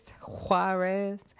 Juarez